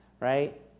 right